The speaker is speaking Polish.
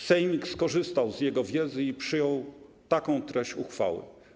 Sejmik skorzystał z jego wiedzy i przyjął taką treść uchwały.